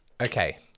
Okay